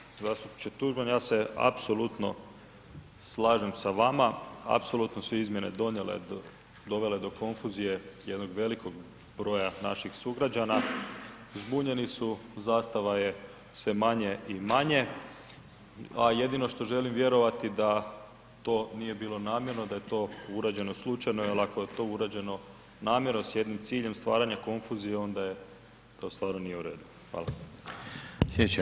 Poštovani zastupniče Tuđman ja se apsolutno slažem s vama, apsolutno su izmjene dovele do konfuzije jednog velikog broja naših sugrađana, zbunjeni su, zastava je sve manje i manje a jedino što želim vjerovati da to nije bilo namjerno, da je to urađeno slučajno jer ako je to urađeno namjerno s jednim ciljem stvaranja konfuzije onda je, to stvarno nije u redu.